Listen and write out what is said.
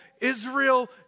Israel